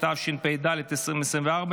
התשפ"ד 2024,